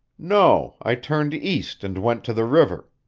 no i turned east and went to the river.